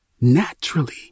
naturally